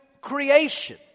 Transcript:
creation